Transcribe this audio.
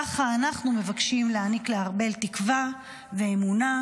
ככה אנחנו מבקשים להעניק לארבל תקווה ואמונה,